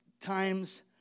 times